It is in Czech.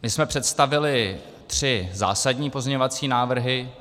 My jsme představili tři zásadní pozměňovací návrhy.